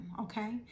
okay